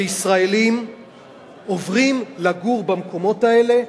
שישראלים עוברים לגור במקומות האלה,